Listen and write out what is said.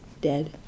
dead